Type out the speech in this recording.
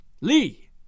Lee